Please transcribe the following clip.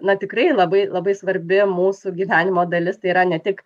na tikrai labai labai svarbi mūsų gyvenimo dalis tai yra ne tik